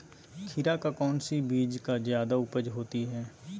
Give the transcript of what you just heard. खीरा का कौन सी बीज का जयादा उपज होती है?